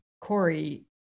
Corey